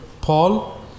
Paul